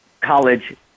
college